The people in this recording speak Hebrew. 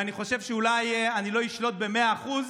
ואני חושב שאולי אני לא אשלוט במאה אחוז,